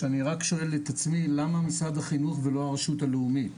אני רק שואל את עצמי למה משרד החינוך ולא הרשות הלאומית.